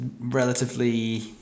relatively